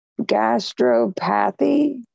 gastropathy